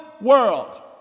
world